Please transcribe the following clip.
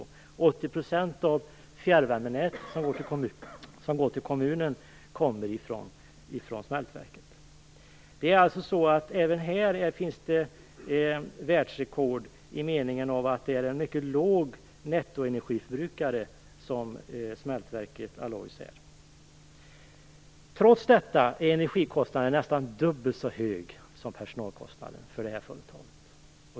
80 % av värmen via fjärrvärmenätet till kommunen kommer från smältverket. Även här finns det världsrekord i den meningen att smältverket Alloys har en mycket låg nettoförbrukning. Trots detta är energikostnaden nästan dubbelt så hög som personalkostnaden för företaget.